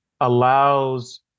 allows